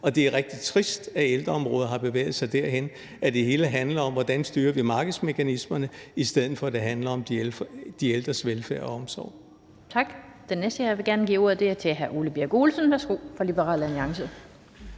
Det er rigtig trist, at ældreområdet har bevæget sig derhen, at det hele handler om, hvordan vi styrer markedsmekanismerne, i stedet for det handler om de ældres velfærd og omsorg.